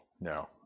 no